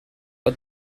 but